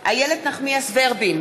איילת נחמיאס ורבין,